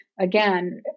again